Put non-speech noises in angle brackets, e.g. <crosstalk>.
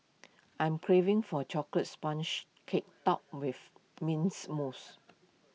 I'm craving for chocolate <unintelligible> cake topped with mints mousse <noise>